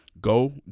go